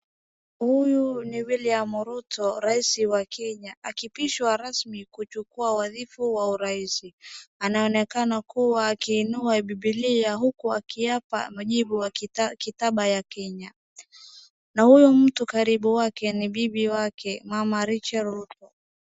Huyu ni William Ruto, raisi wa Kenya. Akipishwa rasmi kuchukua wadhifu wa urais anayeonekana kuwa akiinua bibilia huku akiapa vyebo wa kita-kitaba ya Kenya. Na huyu mtu karibu wake ni bibi wake Mama Rachael Ruto.